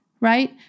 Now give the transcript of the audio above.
right